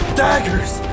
daggers